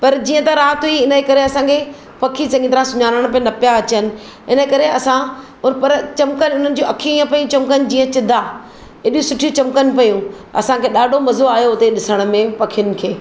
पर जीअं त राति हुई इनकरे असांखे पखी चङी तरह सुञाणण में न पिया अचनि इनकरे असां पर चमकनि उन्हनि जी अखियूं इअं पई चमकनि जीअं चीदा एॾियूं सुठी चमकनि पयूं असांखे ॾाढो मज़ो आयो उते ॾिसणु में पखियुनि खे